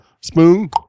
spoon